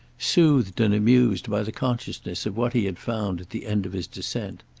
soothed and amused by the consciousness of what he had found at the end of his descent.